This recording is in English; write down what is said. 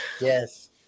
Yes